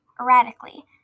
erratically